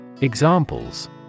Examples